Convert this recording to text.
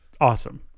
awesome